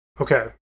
Okay